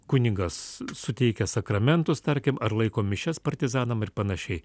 kunigas suteikė sakramentus tarkim ar laiko mišias partizanam ir panašiai